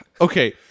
Okay